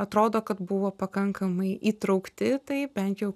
atrodo kad buvo pakankamai įtraukti į tai bent jau